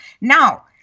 Now